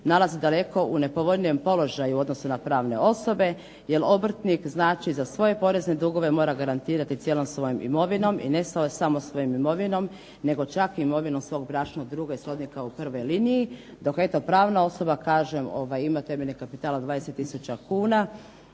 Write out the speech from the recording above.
nalaze daleko u nepovoljnijem položaju u odnosu na pravne osobe, jer obrtnik znači za svoje porezne dugove mora garantirati cijelom svojom imovinom i ne samo svojom imovinom nego čak i imovinom svog bračnog druga jer su oni kao u prvoj liniji. Dok eto, pravna osoba kažem ima temeljni kapital od 20000 kuna